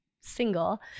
single